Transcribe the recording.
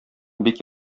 бик